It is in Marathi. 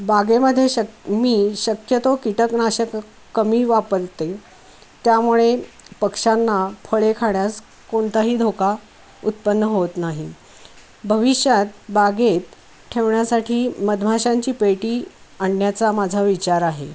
बागेमध्ये शक मी शक्यतो कीटकनाशकं कमी वापरते त्यामुळे पक्ष्यांना फळे खाण्यास कोणताही धोका उत्पन्न होत नाही भविष्यात बागेत ठेवण्यासाठी मधमाशांची पेटी आणण्याचा माझा विचार आहे